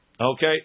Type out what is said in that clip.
Okay